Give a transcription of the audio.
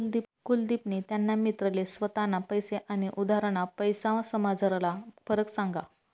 कुलदिपनी त्याना मित्रले स्वताना पैसा आनी उधारना पैसासमझारला फरक सांगा